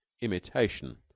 Imitation